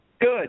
Good